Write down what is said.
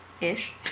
ish